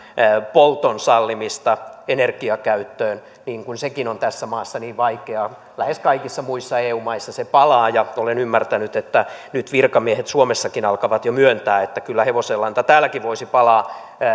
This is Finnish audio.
polton sallimista energiakäyttöön niin sekin on tässä maassa niin vaikeaa lähes kaikissa muissa eu maissa se palaa ja olen ymmärtänyt että nyt virkamiehet suomessakin alkavat jo myöntää että kyllä hevosenlanta täälläkin voisi palaa